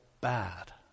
bad